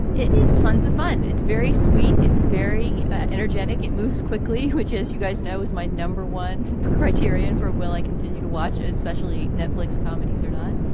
it is tons of fun. it's very sweet. it's very energetic. it moves quickly, which, as you guys know, is my number one criterion for will i continue to watch it, especially netflix comedies or not.